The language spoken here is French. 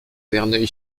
verneuil